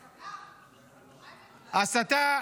הסתה?